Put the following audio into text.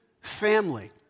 family